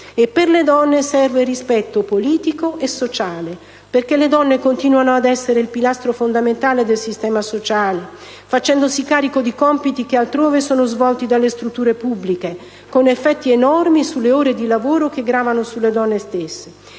E per le donne serve rispetto politico e sociale, perché le donne continuano ad essere il pilastro fondamentale del sistema sociale, facendosi carico di compiti che altrove sono svolti dalle strutture pubbliche, con effetti enormi sulle ore di lavoro che gravano sulle donne stesse.